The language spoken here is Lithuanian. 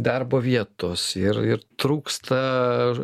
darbo vietos ir ir trūksta